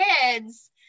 kids